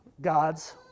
God's